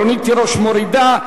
רונית תירוש מורידה.